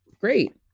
Great